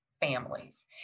families